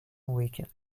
weekend